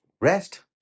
rest